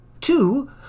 Two